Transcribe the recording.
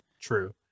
True